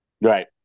right